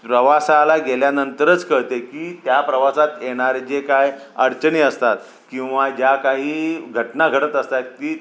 प्रवासाला गेल्यानंतरच कळते की त्या प्रवासात येणारे जे काय अडचणी असतात किंवा ज्या काही घटना घडत असतात ती